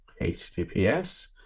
https